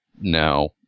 no